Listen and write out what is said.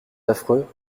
affreux